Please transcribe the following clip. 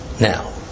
Now